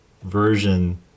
version